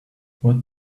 what